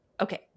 Okay